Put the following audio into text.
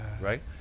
right